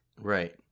Right